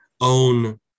own